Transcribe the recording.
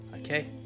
Okay